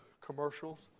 commercials